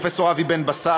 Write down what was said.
פרופסור אבי בן-בסט,